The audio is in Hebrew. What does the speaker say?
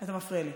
אתה מפריע לי.